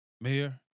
Mayor